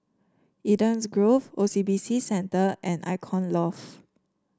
Eden's Grove O C B C Centre and Icon Loft